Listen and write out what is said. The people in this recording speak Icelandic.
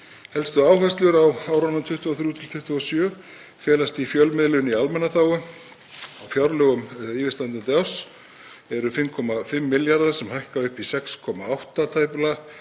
Helstu áherslur á árunum 2023–2027 felast í fjölmiðlun í almannaþágu. Á fjárlögum yfirstandandi árs eru 5,5 milljarðar sem hækka upp í tæplega